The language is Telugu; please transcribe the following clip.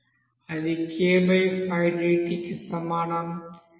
అది k5dt కి సమానం